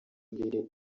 imbere